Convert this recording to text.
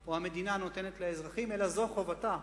או המדינה עושה לאזרחים, אלא זו חובתה.